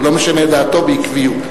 הוא לא משנה את דעתו בעקביות.